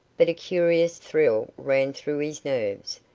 but a curious thrill ran through his nerves,